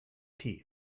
teeth